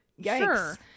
sure